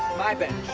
my bench.